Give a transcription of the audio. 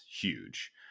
huge